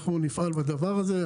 אנחנו נפעל בדבר הזה.